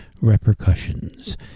repercussions